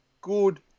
good